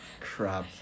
Crap